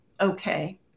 okay